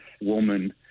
woman